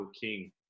King